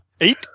Eight